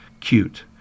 cute